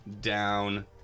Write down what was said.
down